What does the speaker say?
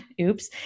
Oops